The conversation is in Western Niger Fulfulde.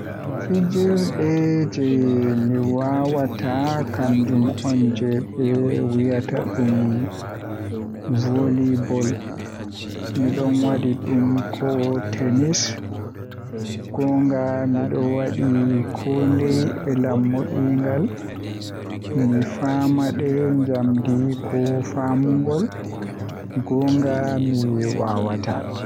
Fijirde jei mi waawata kanjum on jei ɓe wiyata ɗum voli boll Miɗo waɗi ɗum ko tennis, ngona miɗo waɗi kooɗe e lammuɗi ngal. Mi faamaade njamdi ko faamugol, ngona mi waawataa.